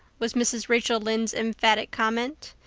was mrs. rachel lynde's emphatic comment.